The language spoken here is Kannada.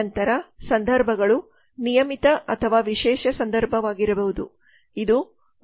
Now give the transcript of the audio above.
ನಂತರ ಸಂದರ್ಭಗಳು ನಿಯಮಿತ ಅಥವಾ ವಿಶೇಷ ಸಂದರ್ಭವಾಗಿರಬಹುದು